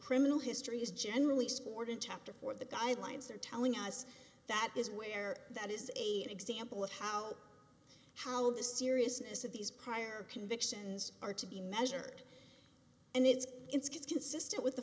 criminal history is generally supported chapter for the guidelines they're telling us that is where that is a example of how how the seriousness of these prior convictions are to be measured and it's it's consistent with the